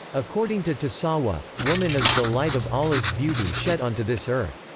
according to tasawwuf, woman is the light of allah's beauty shed onto this earth.